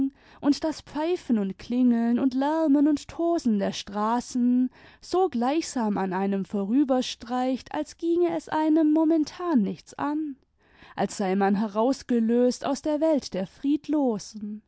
und das pfeifen und klingeln und lärmen und tosen der straßen so gleichsam an einem vorüberstreicht als ginge es einem momentan nichts an als sei man herausgelöst aus der welt der